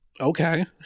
Okay